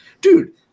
dude